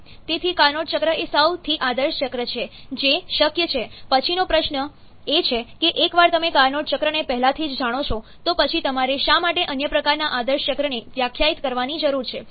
તેથી કાર્નોટ ચક્ર એ સૌથી આદર્શ ચક્ર છે જે શક્ય છે પછીનો પ્રશ્ન એ છે કે એકવાર તમે કાર્નોટ ચક્રને પહેલાથી જ જાણી લો તો પછી તમારે શા માટે અન્ય પ્રકારના આદર્શ ચક્રને વ્યાખ્યાયિત કરવાની જરૂર છે